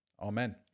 Amen